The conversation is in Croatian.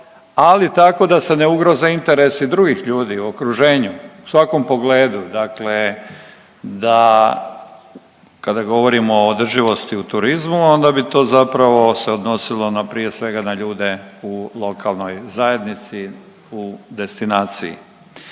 ali tako da se ne ugroze interesi drugih ljudi u okruženju u svakom pogledu, dakle da kada govorimo o održivosti u turizmu onda bi to zapravo se odnosilo na prije svega na ljude u lokalnoj zajednici u destinaciji.